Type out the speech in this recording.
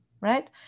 right